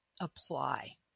apply